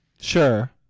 sure